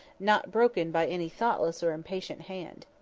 not broken by any thoughtless or impatient hand.